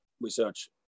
research